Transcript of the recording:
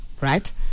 right